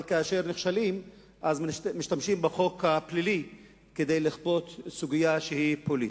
אבל כשנכשלים משתמשים בחוק הפלילי כדי לכפות סוגיה שהיא פוליטית.